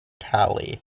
tally